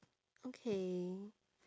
okay